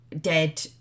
dead